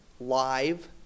live